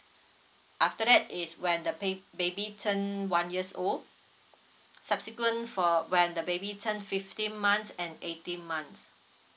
after that is when the ba~ baby turn one years old subsequent for when the baby turn fifteen months and eighteen months